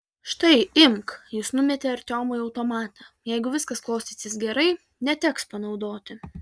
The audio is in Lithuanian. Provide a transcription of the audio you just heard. štai imk jis numetė artiomui automatą jeigu viskas klostysis gerai neteks panaudoti